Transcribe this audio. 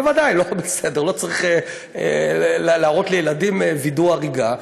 בוודאי לא צריך להראות לילדים וידוא הריגה.